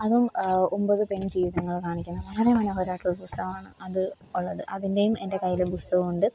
അതും ഒമ്പത് പെൺ ജീവിതങ്ങള് കാണിക്കുന്ന വളരെ മനോഹരമായിട്ടുള്ളൊരു പുസ്തകമാണ് അത് ഉള്ളത് അതിന്റെയും എൻ്റെ കയ്യിലൊരു പുസ്തകമുണ്ട്